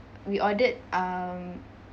we ordered um